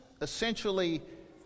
essentially